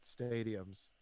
stadiums